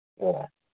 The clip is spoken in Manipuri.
ꯑꯣ